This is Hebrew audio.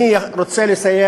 אני רוצה לסיים